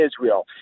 israel